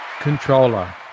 controller